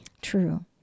true